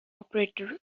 operator